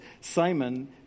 simon